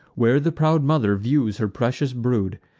where the proud mother views her precious brood,